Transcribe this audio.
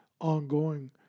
ongoing